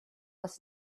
was